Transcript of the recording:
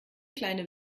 kleine